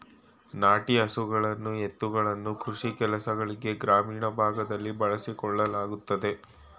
ನಾಟಿ ಹಸುಗಳನ್ನು ಎತ್ತುಗಳನ್ನು ಕೃಷಿ ಕೆಲಸಗಳಿಗೆ ಗ್ರಾಮೀಣ ಭಾಗದಲ್ಲಿ ಬಳಸಿಕೊಳ್ಳಲಾಗುತ್ತದೆ